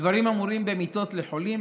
הדברים אמורים במיטות לחולים,